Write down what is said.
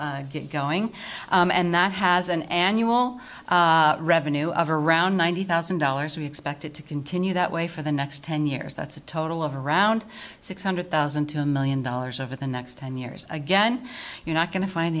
get going and that has an annual revenue of around ninety thousand dollars to be expected to continue that way for the next ten years that's a total of around six hundred thousand to a million dollars over the next ten years again you're not going to find